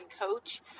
coach